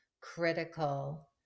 critical